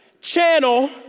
channel